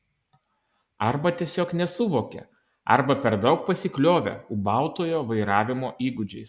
arba tiesiog nesuvokė arba per daug pasikliovė ūbautojo vairavimo įgūdžiais